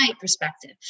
perspective